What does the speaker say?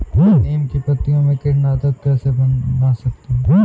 नीम की पत्तियों से कीटनाशक कैसे बना सकते हैं?